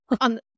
On